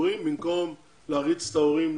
ציבוריים במקום להריץ את ההורים.